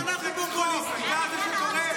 אם עידוד משרתים בצבא זה פופוליזם,